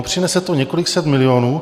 Přinese to několik set milionů.